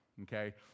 Okay